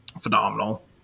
phenomenal